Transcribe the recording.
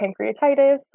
pancreatitis